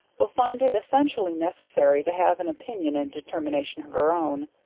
will find it essentially necessary to have an opinion and determination of her own.